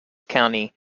county